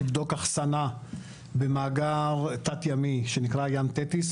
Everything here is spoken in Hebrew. לבדוק אחסנה במאגר תת ימי שנקרא ים תטיס,